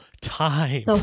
time